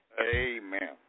Amen